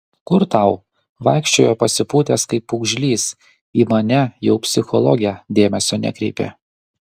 kur tau vaikščiojo pasipūtęs kaip pūgžlys į mane jau psichologę dėmesio nekreipė